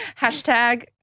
Hashtag